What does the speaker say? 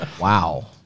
Wow